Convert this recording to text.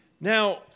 Now